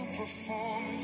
perform